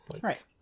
Right